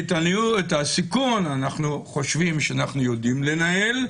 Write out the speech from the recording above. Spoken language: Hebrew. כי את הסיכון אנחנו חושבים שאנחנו יודעים לנהל,